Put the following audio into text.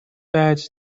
وجه